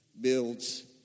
builds